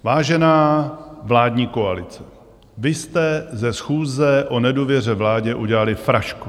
Vážená vládní koalice, vy jste ze schůze o nedůvěře vládě udělali frašku.